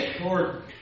Lord